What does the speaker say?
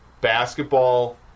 basketball